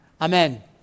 Amen